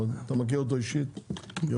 אני